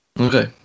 Okay